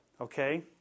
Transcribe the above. okay